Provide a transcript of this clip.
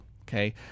okay